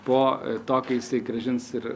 po to kai jisai grąžins ir